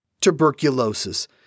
Tuberculosis